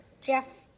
Jeff